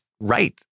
right